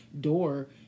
door